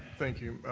thank you,